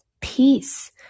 peace